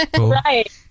Right